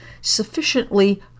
sufficiently